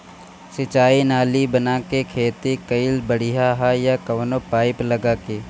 सिंचाई नाली बना के खेती कईल बढ़िया ह या कवनो पाइप लगा के?